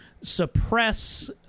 suppress